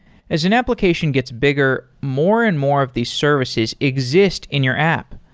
as an application gets bigger, more and more of these services exist in your app.